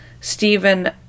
Stephen